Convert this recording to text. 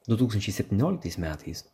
du tūkstančiai septynioliktais metais